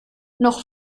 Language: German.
noch